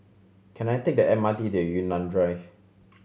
can I take the M R T to Yunnan Drive